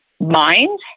mind